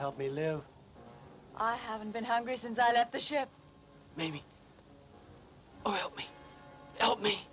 help me live i haven't been hungry since i left the ship maybe i help me help me